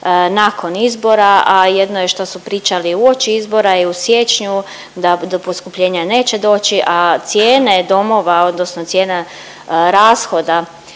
nakon izbora, a jedno je što su pričali uoči izbora i u siječnju da poskupljenja neće doći, a cijene domova odnosno cijena rashoda